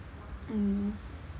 hmm